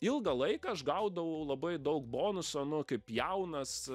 ilgą laiką aš gaudavau labai daug bonuso nu kaip jaunas